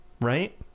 right